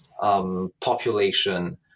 population